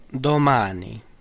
domani